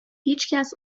هیچکس